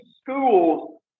schools